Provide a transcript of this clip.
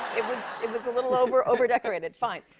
it was it was a little over over-decorated. fine.